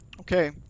Okay